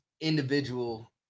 individual